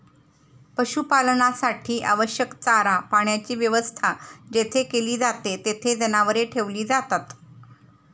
पशुपालनासाठी आवश्यक चारा पाण्याची व्यवस्था जेथे केली जाते, तेथे जनावरे ठेवली जातात